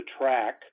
track